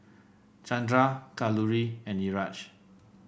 Chandra Kalluri and Niraj